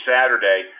Saturday